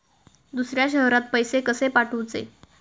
दुसऱ्या शहरात पैसे कसे पाठवूचे?